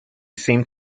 seemed